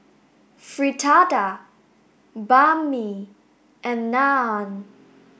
Fritada Banh Mi and Naan